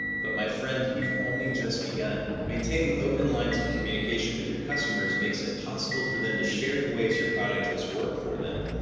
but my friend, you've only just begun. maintaining open lines of communication with your customers makes it possible for them to share the ways your product has worked for them,